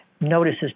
notices